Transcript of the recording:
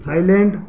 Thailand